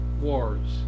Wars